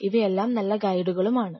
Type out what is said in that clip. ഇവയെല്ലാം എല്ലാം നല്ല ഗൈഡുകൾ ആണ്